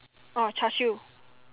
orh Char-Siew